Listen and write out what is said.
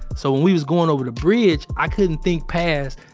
so, when we was going over the bridge, i couldn't think past,